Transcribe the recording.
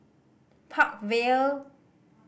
Park Vale